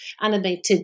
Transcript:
animated